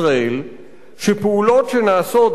שפעולות שנעשות בשטחים הכבושים,